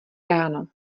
ráno